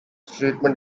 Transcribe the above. treatment